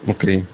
okay